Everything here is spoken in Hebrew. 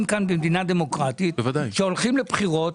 חיים כאן במדינה דמוקרטית שהולכים לבחירות,